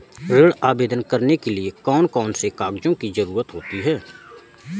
ऋण आवेदन करने के लिए कौन कौन से कागजों की जरूरत होती है?